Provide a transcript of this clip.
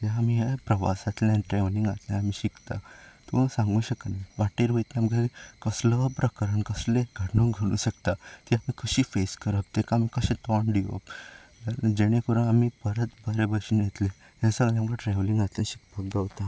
हें आमी ह्या प्रवासांतल्यान ह्या ट्रेवलिंगातल्यान शिकता तूं सांगू शकना वाटेर वयतना कसलो प्रकरण कसले घडणूक घडूंक शकता ती आमी कशी फेस करप ताका आमी कशें तोंड दिवप जेणे करून आमी परत बऱ्या भाशेन येतले हें सगळें तुमकां ट्रेवलिंगांतल्यान शिकपाक गावता